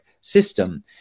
system